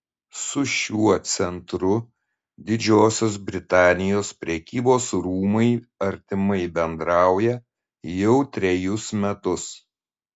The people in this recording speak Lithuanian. su šiuo centru didžiosios britanijos prekybos rūmai artimai bendrauja jau trejus metus